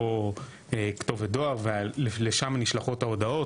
או כתובת דואר ולשם נשלחות ההודעות,